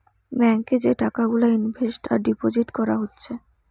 bank এ যে টাকা গুলা ইনভেস্ট আর ডিপোজিট কোরা হচ্ছে